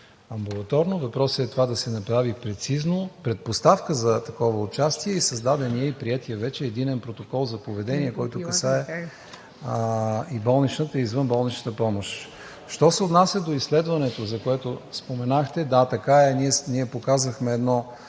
амбулаторно. Въпросът е това да се направи прецизно. Предпоставка за такова участие е и създаденият и приетият вече Единен протокол за поведение, който касае и болничната, и извънболничната помощ. Що се отнася до изследването, за което споменахте, да, така е. Ние показахме едно